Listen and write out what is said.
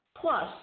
Plus